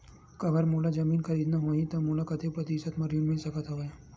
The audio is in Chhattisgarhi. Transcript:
अगर मोला जमीन खरीदना होही त मोला कतेक प्रतिशत म ऋण मिल सकत हवय?